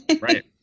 Right